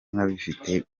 ndabifite